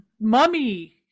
mummy